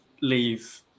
leave